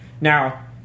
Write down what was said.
Now